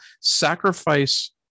sacrifice